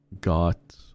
got